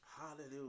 Hallelujah